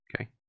Okay